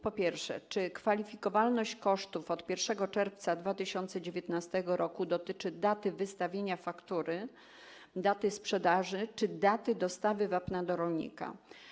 Po pierwsze, czy kwalifikowalność kosztów od 1 czerwca 2019 r. dotyczy daty wystawienia faktury, daty sprzedaży czy daty dostawy wapna do rolnika?